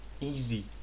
Easy